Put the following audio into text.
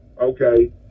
Okay